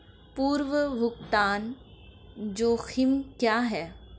पूर्व भुगतान जोखिम क्या हैं?